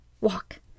walk